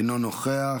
אינו נוכח,